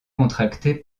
contracté